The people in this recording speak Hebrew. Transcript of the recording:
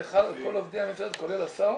זה חל על כל עובדי המשרד כולל השר?